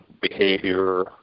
behavior